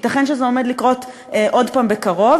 ייתכן שזה עומד לקרות עוד הפעם בקרוב.